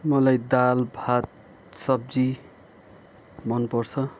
मलाई दाल भात सब्जी मनपर्छ